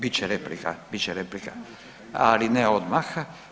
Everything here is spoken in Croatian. Bit će replika, bit će replika, ali ne odmah.